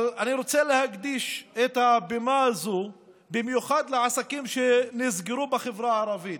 אבל אני רוצה להקדיש את הבמה הזו במיוחד לעסקים שנסגרו בחברה הערבית,